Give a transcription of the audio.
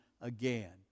again